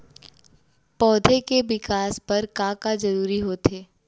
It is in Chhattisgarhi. पौधे के विकास बर का का जरूरी होथे?